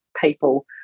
people